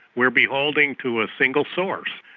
we're beholden to a single source.